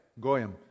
Goyim